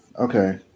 Okay